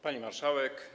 Pani Marszałek!